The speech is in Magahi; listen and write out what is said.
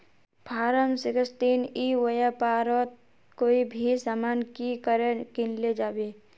फारम सिक्सटीन ई व्यापारोत कोई भी सामान की करे किनले जाबे?